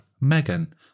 Megan